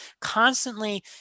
constantly